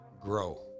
grow